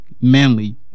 manly